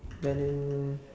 very